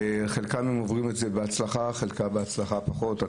חלקן הם עוברים בהצלחה וחלקם בהצלחה פחות.